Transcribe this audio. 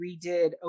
redid